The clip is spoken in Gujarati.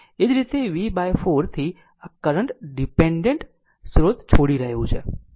આ જ રીતે આ v 4 થી આ કરંટ ડીપેન્ડેન્ટ સ્રોત છોડી રહ્યું છે